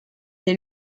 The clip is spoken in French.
des